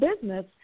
business